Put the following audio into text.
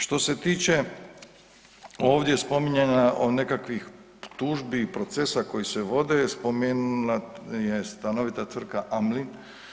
Što se tiče ovdje spominjanja od nekakvih tužbi i procesa koji se vode, spomenula je stanovita tvrtka Amlin.